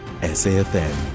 SAFM